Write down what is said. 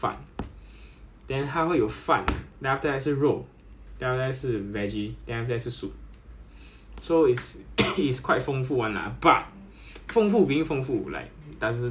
so uh rice is sometimes rice is the best tasting thing out of all the dishes ya then then like the more normal ones are like pork cubes